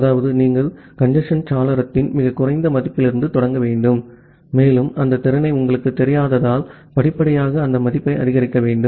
அதாவது நீங்கள் கஞ்சேஸ்ன் சாளரத்தின் மிகக் குறைந்த மதிப்பிலிருந்து தொடங்க வேண்டும் மேலும் அந்த திறனை உங்களுக்குத் தெரியாததால் படிப்படியாக அந்த மதிப்பை அதிகரிக்க வேண்டும்